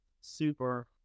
Super